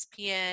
ESPN